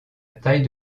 taille